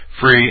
free